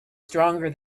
stronger